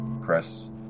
press